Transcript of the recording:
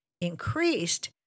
increased